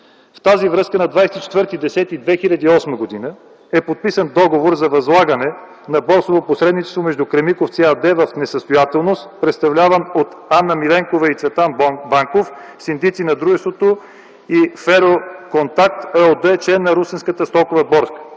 В тази връзка на 24.10.2008 г. е подписан договор за възлагане на борсово посредничество между „Кремиковци” АД в несъстоятелност, представлявано от Анна Миленкова и Цветан Банков – синдици на дружеството, и „Фероконтакт” ООД – член на Русенската стокова борса,